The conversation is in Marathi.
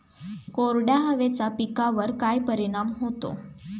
कोरड्या हवेचा पिकावर काय परिणाम होतो?